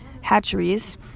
hatcheries